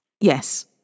Yes